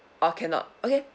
oh cannot okay